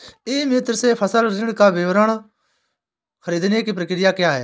ई मित्र से फसल ऋण का विवरण ख़रीदने की प्रक्रिया क्या है?